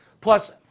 plus